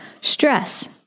Stress